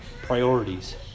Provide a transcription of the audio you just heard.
priorities